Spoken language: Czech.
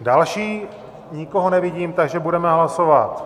Další, nikoho nevidím, takže budeme hlasovat.